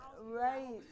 Right